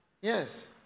Yes